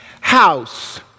house